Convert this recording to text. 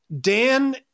Dan